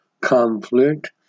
conflict